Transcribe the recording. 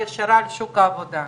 כל עצירה